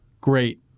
Great